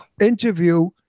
Interview